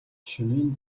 шөнийн